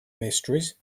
mysteries